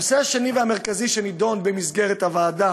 הנושא השני והמרכזי שנדון במסגרת הוועדה